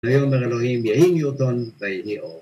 ויאמר אלוהים יהי ניוטון, ויהי אור.